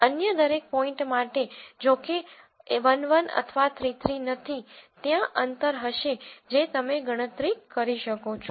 અન્ય દરેક પોઈન્ટ માટે જો કે તે 1 1 અથવા 3 3 નથી ત્યાં અંતર હશે જે તમે ગણતરી કરી શકો છો